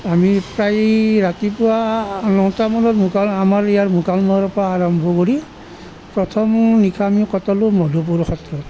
আমি প্ৰায় ৰাতিপুৱা নটামানত মুকাল আমাৰ ইয়াৰ মুকালমুৱাৰ পৰা আৰম্ভ কৰি প্ৰথম নিশা আমি কটালোঁ মধুপুৰ সত্ৰত